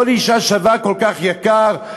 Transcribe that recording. כל אישה שווה כל כך יקר,